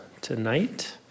tonight